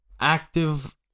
active